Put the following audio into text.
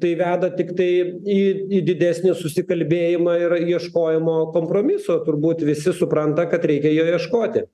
tai veda tiktai į į didesnį susikalbėjimą ir ieškojimo kompromiso turbūt visi supranta kad reikia jo ieškoti